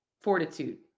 fortitude